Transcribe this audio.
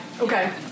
Okay